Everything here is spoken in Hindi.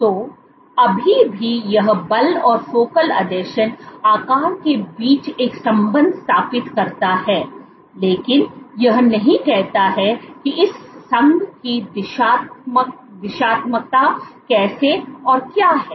तो अभी भी यह बल और फोकल आसंजन आकार के बीच एक संबंध स्थापित करता है लेकिन यह नहीं कहता है कि इस संघ की दिशात्मकता कैसे और क्या है